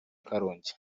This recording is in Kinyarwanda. karongi